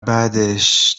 بعدش